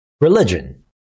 religion